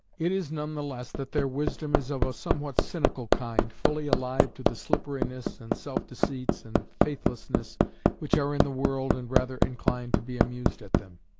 it is none the less that their wisdom is of a somewhat cynical kind, fully alive to the slipperiness and self-deceits and faithlessness which are in the world and rather inclined to be amused at them.